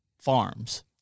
farms